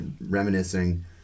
reminiscing